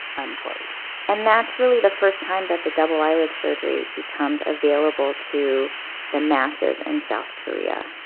unquote and that's really the first time that the double eyelid surgery becomes available to the masses in south korea.